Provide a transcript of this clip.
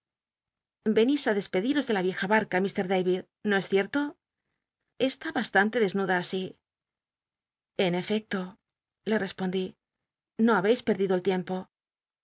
venís ü despediros de la vieja barca lf david no es cier'lo esl i bastante desnuda asi en efecto le respondí no habcis perdido el tiempo